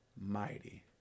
mighty